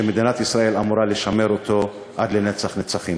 שמדינת ישראל אמורה לשמר אותו עד לנצח-נצחים.